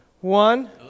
one